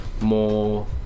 more